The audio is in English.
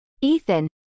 Ethan